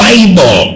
Bible